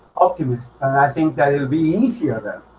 optimist and i think that will be easier than